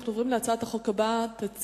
אנחנו עוברים להצעת החוק הבאה באותו עניין.